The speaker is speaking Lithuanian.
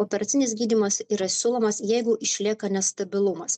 operacinis gydymas yra siūlomas jeigu išlieka nestabilumas